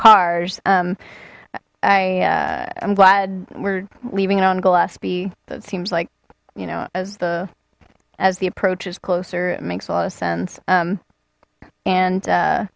cars um i i'm glad we're leaving it on gillespie that seems like you know as the as the approach is closer it makes a lot of sense um and